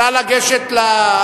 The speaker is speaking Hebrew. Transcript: נא לגשת למגביר הקול.